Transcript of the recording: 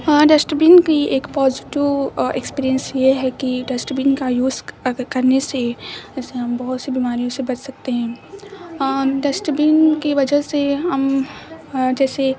ہاں dustbin کی ایک پازیٹیو ایکسپیرئنس یہ ہے کہ ڈسٹ بین کا یوز کرنے سے جیسے ہم بہت سی بیماریوں سے بچ سکتے ہیں ڈسٹ بین کی وجہ سے ہم جیسے